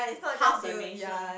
half the nation